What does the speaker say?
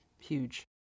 Huge